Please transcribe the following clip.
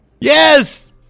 Yes